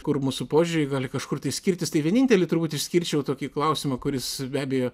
kur mūsų požiūriai gali kažkur tai skirtis tai vienintelį turbūt išskirčiau tokį klausimą kuris be abejo